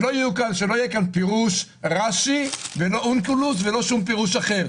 שלא יהיה כאן פירוש רש"י ולא שום פירוש אחרי,